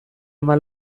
ama